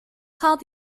called